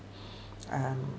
um